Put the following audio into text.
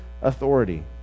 authority